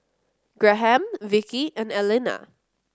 Graham Vickey and Elena